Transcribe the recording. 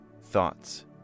thoughts